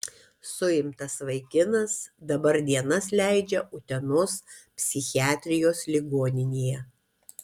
suimtas vaikinas dabar dienas leidžia utenos psichiatrijos ligoninėje